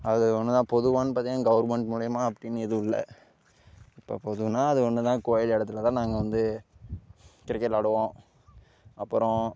அது ஒன்று தான் பொதுவான்னு பார்த்திங்கன்னா கவர்மெண்ட் மூலிமா அப்படினு எதுவும் இல்லை இப்போ பொதுவானா இது ஒன்று தான் கோவில் இடத்துல தான் நாங்கள் வந்து கிரிக்கெட் விளாடுவோம் அப்புறம்